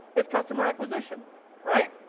its customer acquisition right?